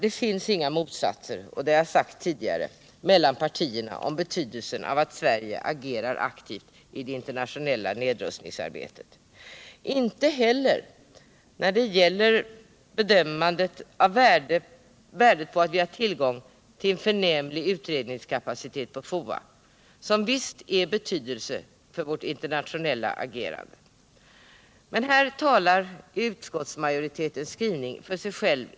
Det finns inga motsättningar mellan partierna om betydelsen av att Sverige agerar aktivt i det internationella nedrustningsarbetet. Inte heller finns det några motsättningar om värdet av att vi har tillgång till förnämlig utredningskapacitet hos FOA, som visst är av betydelse för vårt internationella agerande. Men här talar utskottsmajoritetens skrivning för sig själv.